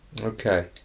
Okay